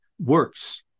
works